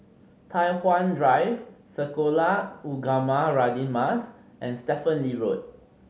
Tai Hwan Drive Sekolah Ugama Radin Mas and Stephen Lee Road